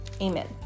amen